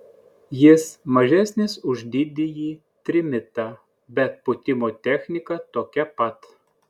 jis mažesnis už didįjį trimitą bet pūtimo technika tokia pat